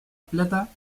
plata